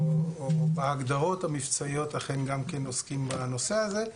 או בהגדרות המבצעיות אכן גם כן עוסקים בנושא הזה,